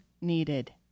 needed